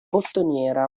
bottoniera